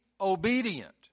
obedient